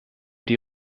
die